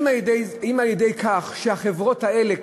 אם על-ידי כך שהחברות האלה,